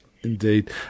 indeed